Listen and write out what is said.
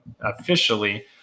officially